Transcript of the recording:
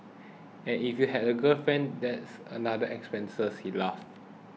and if you have a girlfriend that's another expense he laughs